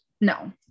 No